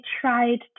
tried